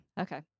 Okay